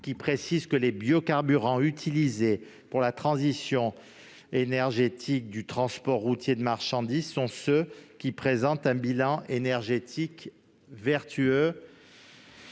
de préciser que les biocarburants utilisés pour la transition énergétique du transport routier de marchandises sont ceux qui présentent un bilan énergétique vertueux.